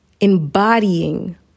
embodying